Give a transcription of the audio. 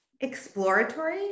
exploratory